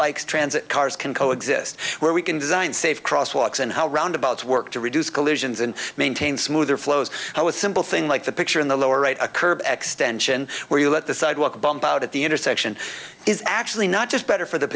bikes transit cars can co exist where we can design safe crosswalks and how roundabouts work to reduce collisions and maintain smooth air flows how a simple thing like the picture in the lower right a curb extension where you let the sidewalk bump out at the intersection is actually not just better for the